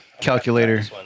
calculator